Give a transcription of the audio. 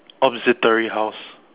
observatory house